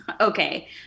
Okay